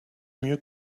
mieux